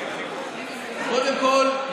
קודם כול,